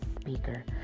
Speaker